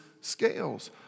scales